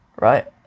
right